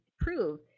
prove